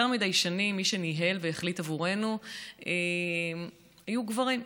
יותר מדי שנים מי שניהלו והחליטו עבורנו היו גברים.